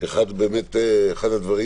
אחד הדברים